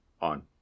on